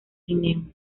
trineo